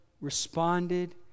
responded